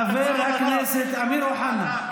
חבר הכנסת אמיר אוחנה,